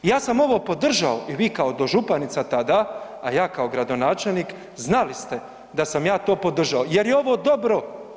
Ja sam ovo podržao i vi kao dožupanica tada, a ja kao gradonačelnik znali ste da sam ja to podržao jer je ovo dobro.